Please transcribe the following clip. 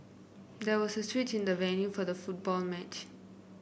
there was a switch in the venue for the football match